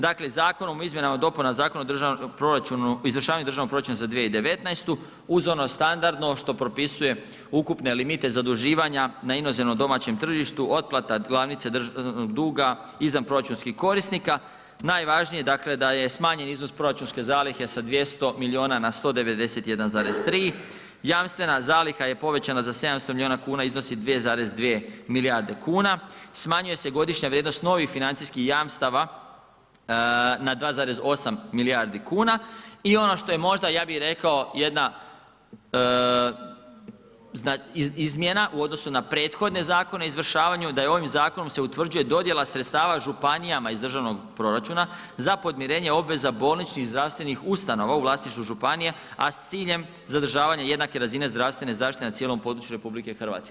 Dakle, Zakonom o izmjenama i dopunama Zakona o izvršavanju državnog proračuna za 2019. uz ono standardno što propisuje ukupne limite zaduživanja na inozemnom domaćem tržištu, otplata glavnice duga izvanproračunskih korisnika, najvažnije dakle da je smanjen iznos proračunske zalihe sa 200 miliona na 191,3, jamstvena zaliha je povećana za 700 milina kuna iznosi 2,2 milijarde kuna, smanjuje se godišnja vrijednost novih financijskih jamstava na 2,8 milijardi kuna i ono što je možda je bih rekao jedna izmjena u odnosu na prethodne zakone o izvršavanju da je ovim zakonom se utvrđuje dodjela sredstava županijama iz državnog proračuna za podmirenje obveza bolničkih zdravstvenih ustanova u vlasništvu županije, a s ciljem zadržavanja jednake razine zdravstvene zaštite na cijelom području RH.